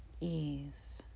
ease